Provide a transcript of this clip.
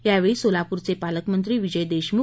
यावेळी सोलापरचे पालकमंत्री विजय देशमख